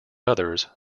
others